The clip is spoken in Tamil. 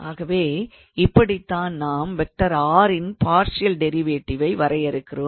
ஆகவே இப்படித்தான் நாம் 𝑟⃗ இன் பார்ஷியல் டிரைவேட்டிவை வரையறுக்கிறோம்